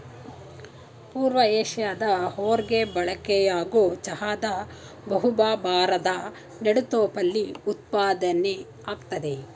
ಪೂರ್ವ ಏಷ್ಯಾದ ಹೊರ್ಗೆ ಬಳಕೆಯಾಗೊ ಚಹಾದ ಬಹುಭಾ ಭಾರದ್ ನೆಡುತೋಪಲ್ಲಿ ಉತ್ಪಾದ್ನೆ ಆಗ್ತದೆ